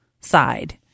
side